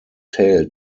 tail